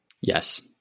Yes